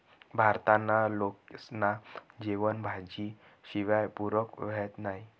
भारतना लोकेस्ना जेवन भाजी शिवाय पुरं व्हतं नही